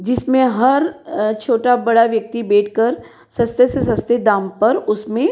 जिसमें हर छोटा बड़ा व्यक्ति बैठकर सस्ते से सस्ते दाम पर उसमें